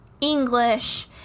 English